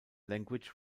language